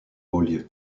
beaulieu